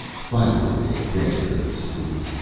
finally, they granted her the salute.